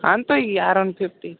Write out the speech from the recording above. आणतोय कि RN fifty